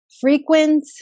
frequent